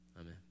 Amen